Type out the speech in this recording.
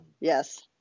Yes